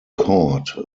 caught